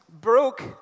broke